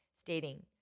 stating